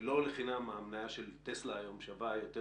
שלא לחינם המניה של טסלה היום שווה יותר